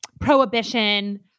prohibition